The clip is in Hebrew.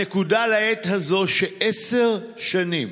הנקודה לעת הזאת היא שעשר שנים,